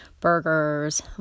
Burgers